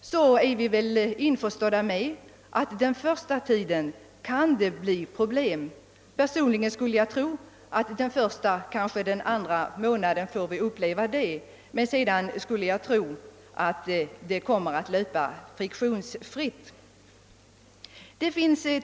måste man räkna med att det den första tiden kan uppstå problem. Personligen skulle jag tro att vi den första och kanske den andra månaden får uppleva det. Men sedan skulle jag tro att det hela kommer att löpa friktionsfritt.